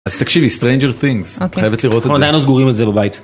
אז תקשיבי, Stranger Things, את חייבת לראות את זה. אנחנו עדיין לא סגורים על זה בבית.